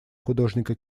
художника